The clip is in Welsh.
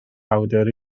awdur